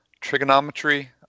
trigonometry